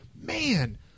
Man